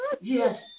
Yes